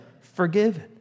forgiven